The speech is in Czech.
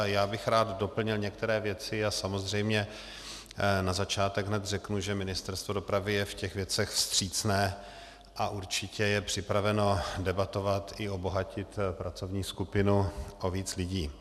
Rád bych doplnil některé věci a samozřejmě na začátek hned řeknu, že Ministerstvo dopravy je v těch věcech vstřícné a určitě je připraveno debatovat i obohatit pracovní skupinu o víc lidí.